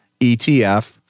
ETF